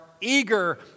eager